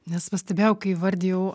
nes pastebėjau kai įvardijau